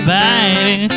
baby